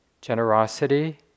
generosity